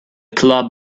club